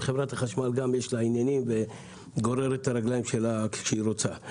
גם לחברת החשמל יש עניינים והיא גוררת את הרגליים שלה כשהיא רוצה.